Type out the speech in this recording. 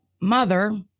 mother